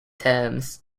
terms